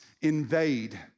invade